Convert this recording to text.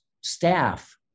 staff